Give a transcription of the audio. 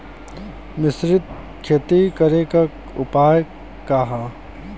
मिश्रित खेती करे क उपाय बतावल जा?